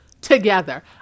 together